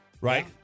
right